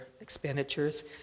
expenditures